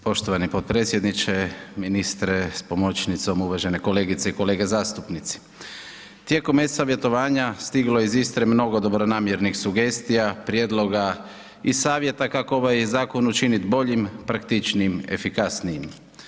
Poštovani potpredsjedniče, ministre s pomoćnicom, uvažene kolegice i kolege zastupnici, tijekom e-savjetovanja stiglo je iz Istre mnogo dobronamjernih sugestija, prijedloga i savjeta kako ovaj zakon učinit boljim, praktičnijim, efikasnijim.